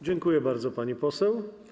Dziękuję bardzo, pani poseł.